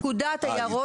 פקודת היערות.